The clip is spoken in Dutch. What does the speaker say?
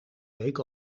week